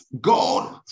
God